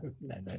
no